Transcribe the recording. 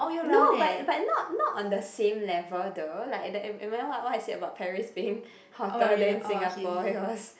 no but but not not on the same level [duh] like the remember what what I said that Paris being hotter than Singapore it was